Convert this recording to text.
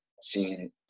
seen